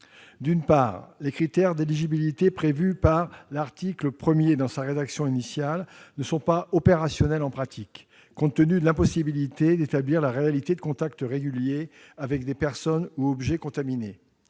bénévole. Les critères d'éligibilité prévus dans la rédaction initiale de l'article 1 ne sont pas opérationnels en pratique, compte tenu de l'impossibilité d'établir la réalité de contacts réguliers avec des personnes ou objets contaminés.